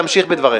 תמשיך בדבריך.